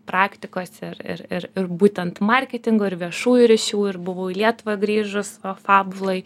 praktikos ir ir ir ir būtent marketingo ir viešųjų ryšių ir buvau į lietuvą grįžus o fabuloj